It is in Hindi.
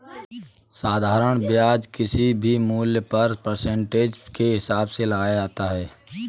साधारण ब्याज किसी भी मूल्य पर परसेंटेज के हिसाब से लगाया जाता है